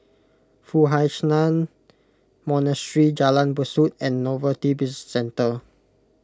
Foo Hai Ch'an Monastery Jalan Besut and Novelty Bizcentre